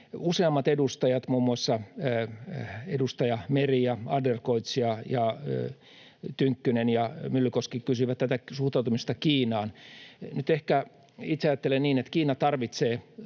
Useammat edustajat, muun muassa edustajat Meri ja Adlercreutz ja Tynkkynen ja Myllykoski, kysyivät suhtautumisesta Kiinaan: Nyt ehkä itse ajattelen niin, että Kiina tarvitsee,